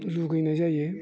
लुगैनाय जायो